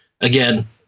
Again